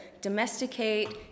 domesticate